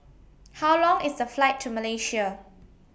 How Long IS The Flight to Malaysia